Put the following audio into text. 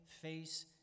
face